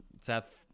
seth